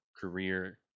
career